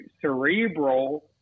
cerebral